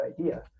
idea